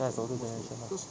ya it's older generation lah